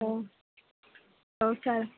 औ औ सार